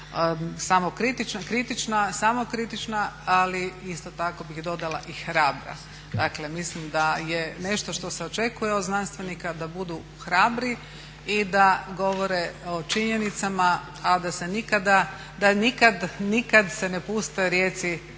samokritična ali isto tako bih dodala i hrabra. Dakle mislim da je nešto što se očekuje od znanstvenika da budu hrabri i da govore o činjenicama, a da se nikada ne puste rijeci da